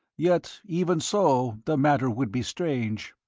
yet even so the matter would be strange.